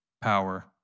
power